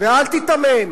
ואל תיתמם.